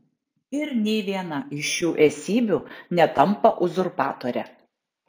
ir nė viena iš šių esybių netampa uzurpatore